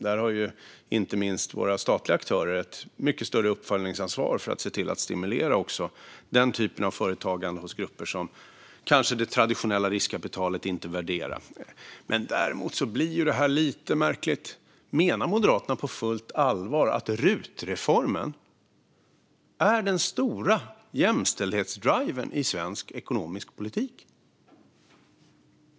Där har inte minst våra statliga aktörer ett mycket större uppföljningsansvar för att se till att stimulera också den typ av företagande hos grupper som det traditionella riskkapitalet kanske inte värderar. Men däremot blir detta lite märkligt. Menar Moderaterna på fullt allvar att rutreformen är den stora jämställdhetsdriven i svensk ekonomisk politik?